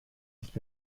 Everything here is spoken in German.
nicht